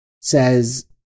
says